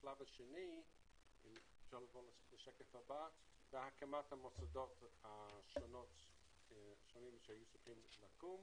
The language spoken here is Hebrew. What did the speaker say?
השלב השני זה הקמת המוסדות השונים שהיו צריכים לקום.